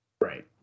Right